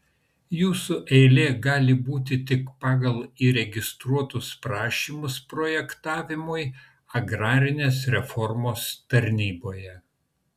jūsų eilė gali būti tik pagal įregistruotus prašymus projektavimui agrarinės reformos tarnyboje